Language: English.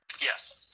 yes